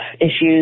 issues